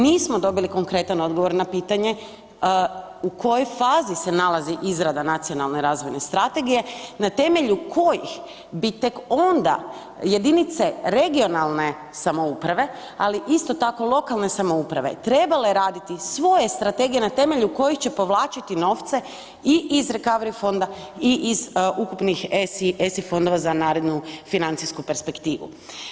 Nismo dobili konkretan odgovor na pitanje u kojoj fazi se nalazi izrada Nacionalne razvojne strategije, na temelju kojih bi tek onda jedinice regionalne samouprave, ali isto tako lokalne samouprave trebale raditi svoje strategije na temelju kojih će povlačiti novce i iz recovery fonda i iz ukupni ESI, ESI fondova za narednu financijsku perspektivu.